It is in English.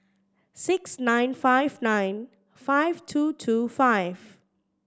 six nine five nine five two two five